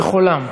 בחולם.